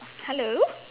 hello